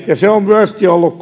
ja on myöskin ollut